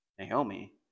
Naomi